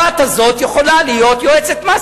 הבת הזאת יכולה להיות יועצת מס.